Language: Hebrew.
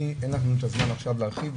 אין לנו את הזמן עכשיו להרחיב,